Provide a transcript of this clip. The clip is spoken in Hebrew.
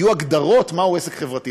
יהיו הגדרות מהו עסק חברתי,